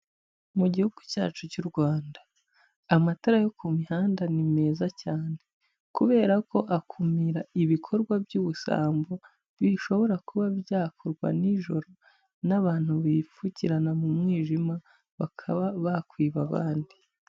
Mu gihugu cyacu cy'u Rwanda, amatara yo ku mihanda ni meza cyane kubera ko akumira ibikorwa by'ubusambo, bishobora kuba byakorwa nijoro n'abantu bipfukirana mu mwijima bakaba bakwiba abandi.